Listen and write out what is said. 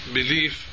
belief